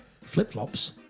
flip-flops